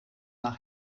nach